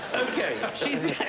ok, she's the